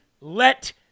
let